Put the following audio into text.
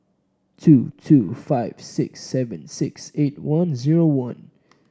two two five six seven six eight one zero one